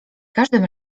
każdym